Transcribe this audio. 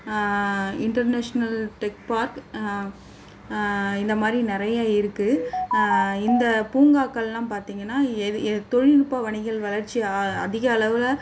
international tech park இந்த மாதிரி நிறைய இருக்குது இந்த பூங்காக்கள்லாம் பார்த்திங்கன்னா எது தொழில்நுட்ப வணிக வளர்ச்சி அதிக அளவில்